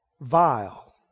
Vile